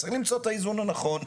צריך למצוא את האיזון הנכון.